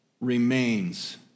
remains